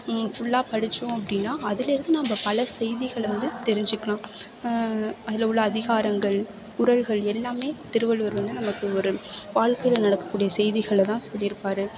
ஃபுல்லாக படித்தோம் அப்படின்னா அதுலேருந்து நம்ம பல செய்திகளை வந்து தெரிஞ்சுக்கலாம் அதில் உள்ள அதிகாரங்கள் குறள்கள் எல்லாமே திருவள்ளுவர் வந்து நமக்கு ஒரு வாழ்க்கையில நடக்கக்கூடிய செய்திகளை தான் சொல்லியிருப்பார்